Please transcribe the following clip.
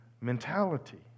mentality